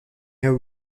have